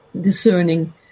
discerning